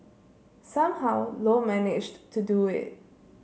somehow Low managed to do it